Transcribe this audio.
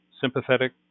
sympathetic